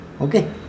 Okay